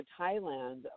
Thailand